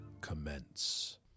commence